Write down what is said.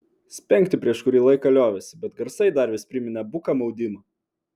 spengti prieš kurį laiką liovėsi bet garsai dar vis priminė buką maudimą